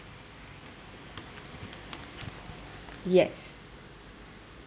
yes